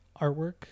artwork